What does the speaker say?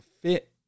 fit